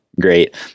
great